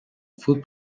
food